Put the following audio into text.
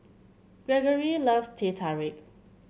Greggory loves Teh Tarik